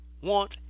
want